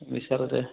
বিশালতে